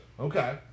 Okay